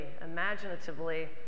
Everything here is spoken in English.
imaginatively